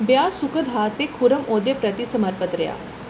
ब्याह् सुखद हा ते खुर्रम ओह्दे प्रति समर्पत रेहा